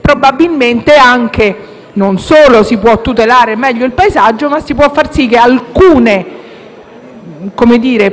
probabilmente non solo si può tutelare in modo migliore il paesaggio, ma si può anche far sì che alcune